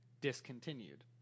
discontinued